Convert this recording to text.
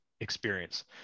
experience